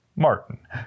Martin